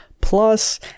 plus